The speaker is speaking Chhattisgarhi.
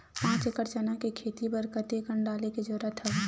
पांच एकड़ चना के खेती बर कते कन डाले के जरूरत हवय?